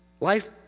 Life